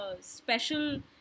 special